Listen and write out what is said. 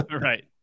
right